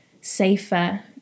safer